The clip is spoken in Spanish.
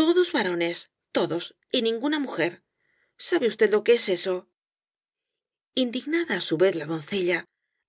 todos varones todos y ninguna mujer sabe usted lo que es eso indignada á su vez la doncella